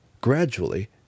Gradually